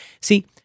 See